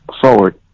forward